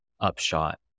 upshot